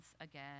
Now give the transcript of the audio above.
again